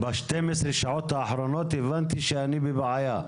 לממש בישראל פועלות כבר ב-80 מדינות בעולם.